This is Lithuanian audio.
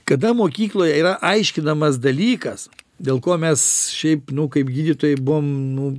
kada mokykloje yra aiškinamas dalykas dėl ko mes šiaip nu kaip gydytojai buvom nu